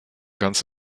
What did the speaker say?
ganz